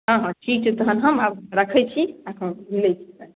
हँ हँ ठीक छै तखन हम आब रखै छी आ मिलै छी